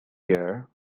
year